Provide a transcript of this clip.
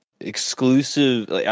exclusive